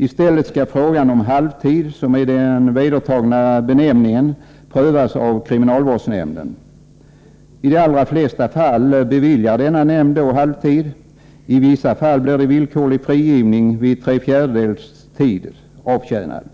I stället skall frågan om halvtid, som är den vedertagna benämningen, prövas av kriminalvårdsnämnden. I de allra flesta fall beviljar denna nämnd då halvtid. I vissa fall blir det villkorlig frigivning vid tre fjärdedels avtjänad tid.